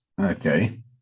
Okay